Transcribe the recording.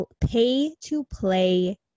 pay-to-play